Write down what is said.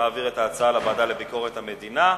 להעביר את ההצעה לוועדה לביקורת המדינה,